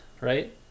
right